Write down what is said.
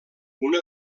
una